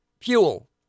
fuel